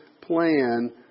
plan